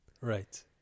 Right